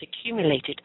accumulated